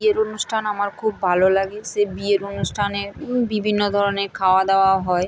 বিয়ের অনুষ্ঠান আমার খুব ভালো লাগে সে বিয়ের অনুষ্ঠানে বিভিন্ন ধরনের খাওয়া দাওয়া হয়